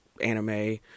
anime